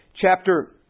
chapter